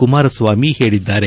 ಕುಮಾರಸ್ವಾಮಿ ಹೇಳಿದ್ದಾರೆ